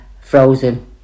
frozen